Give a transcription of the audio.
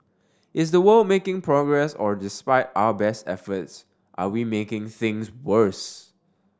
is the world making progress or despite our best efforts are we making things worse